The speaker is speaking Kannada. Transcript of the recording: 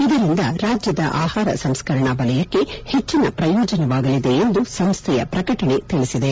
ಇದರಿಂದ ರಾಜ್ಯದ ಆಹಾರ ಸಂಸ್ಕರಣೆ ವಲಯಕ್ಕೆ ಹೆಚ್ಚಿನ ಪ್ರಯೋಜನವಾಗಲಿದೆ ಎಂದು ಸಂಸ್ವೆಯ ಪ್ರಕಟಣೆ ತಿಳಿಸಿದೆ